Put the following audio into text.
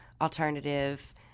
alternative